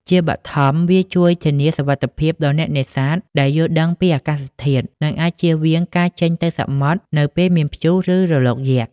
ជាបឋម វាជួយ ធានាសុវត្ថិភាពដល់អ្នកនេសាទដែលយល់ដឹងពីអាកាសធាតុ និងអាចជៀសវាងការចេញទៅសមុទ្រនៅពេលមានព្យុះ ឬរលកយក្ស។